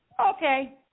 okay